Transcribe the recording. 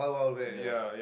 yeah